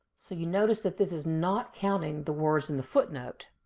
so you notice that this is not counting the words in the footnote